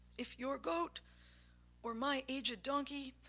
if your goat or my aged donkey,